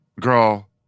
Girl